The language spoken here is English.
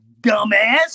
dumbass